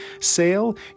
sale